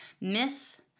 Myth